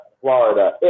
Florida